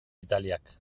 italiak